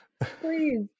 Please